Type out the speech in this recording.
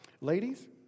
Ladies